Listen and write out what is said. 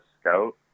scout